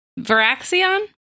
Varaxion